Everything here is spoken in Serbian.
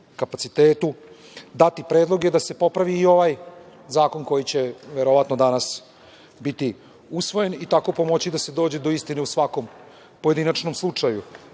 dati predloge da se popravi i ovaj zakon koji će verovatno danas biti usvojen i tako pomoći da se dođe do istine u svakom pojedinom slučaju.